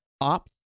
opt